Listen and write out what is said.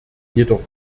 jedoch